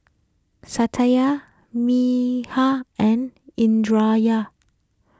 Satya and